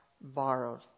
borrowed